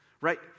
right